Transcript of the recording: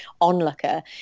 onlooker